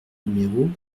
numéro